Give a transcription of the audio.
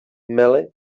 mele